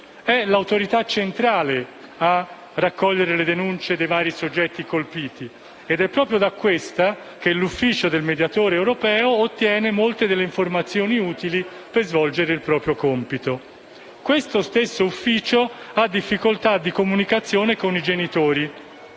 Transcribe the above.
È l'autorità centrale a raccogliere le denunce dei vari soggetti colpiti ed è proprio da questa che l'ufficio del mediatore europeo ottiene molte delle informazioni utili per svolgere il proprio compito. Questo stesso ufficio ha difficoltà di comunicazione con i genitori,